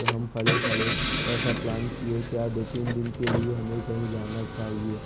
تو ہم کھڑے کھڑے ایسا پلان کیے کیا دو تین دن کے لیے ہمیں کہیں جانا چاہیے